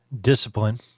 discipline